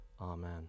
Amen